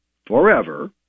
forever